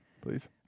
please